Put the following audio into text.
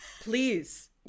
Please